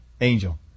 Angel